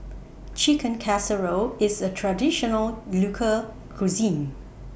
Chicken Casserole IS A Traditional Local Cuisine